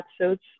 episodes